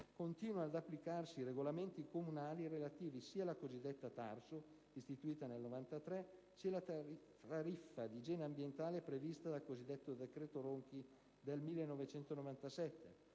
continuino ad applicarsi i regolamenti comunali relativi, sia alla cosiddetta TARSU istituita nel 1993, sia alla tariffa di igiene ambientale, prevista dal cosiddetto decreto Ronchi del 1997.